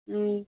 ꯎꯝ